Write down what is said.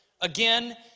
Again